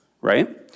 right